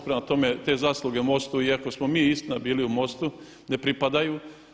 Prema tome, te zasluge MOST-u iako smo istina bili u MOST-u ne pripadaju.